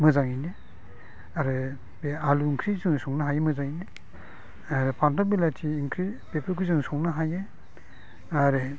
मोजाङैनो आरो बे आलु ओंख्रि जों संनो हायो मोजाङैनो फानथाव बेलाथि ओंख्रि बेखौ जों संनो हायो आरो